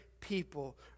people